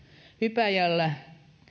ypäjällä